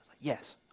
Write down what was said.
Yes